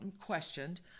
questioned